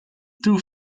two